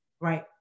right